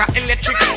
electric